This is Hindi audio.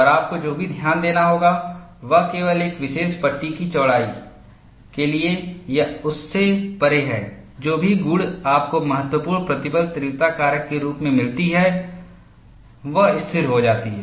और आपको जो भी ध्यान देना होगा वह केवल एक विशेष पट्टी की चौड़ाई के लिए या उससे परे है जो भी गुण आपको महत्वपूर्ण प्रतिबल तीव्रता कारक के रूप में मिलती है वह स्थिर हो जाती है